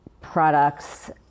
products